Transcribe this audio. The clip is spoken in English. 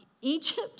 Egypt